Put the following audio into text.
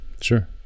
sure